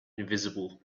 invisible